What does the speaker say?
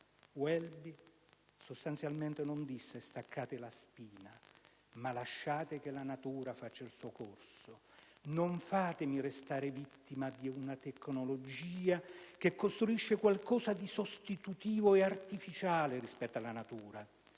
Welby sostanzialmente non disse di staccare la spina, ma disse: "Lasciate che la natura faccia il suo corso, non fatemi restare vittima di una tecnologia che costruisce qualcosa di sostitutivo e di artificiale rispetto alla natura".